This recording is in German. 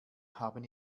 haben